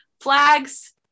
flags